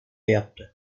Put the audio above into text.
yaptı